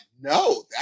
no